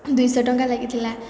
ଦୁଇ ଶହ ଟଙ୍କା ଲାଗିଥିଲା